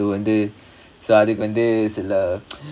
so அது வந்து சில:adhu vandhu sila